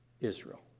Israel